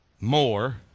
more